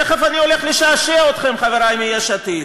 תכף אני הולך לשעשע אתכם, חברי מיש עתיד,